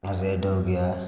red हो गया